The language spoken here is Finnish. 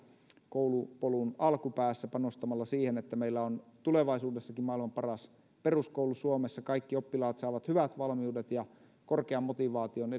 koulupolun alkupäässä panostamalla siihen että meillä on tulevaisuudessakin maailman paras peruskoulu suomessa kaikki oppilaat saavat hyvät valmiudet ja korkean motivaation